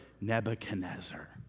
Nebuchadnezzar